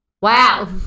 Wow